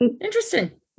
interesting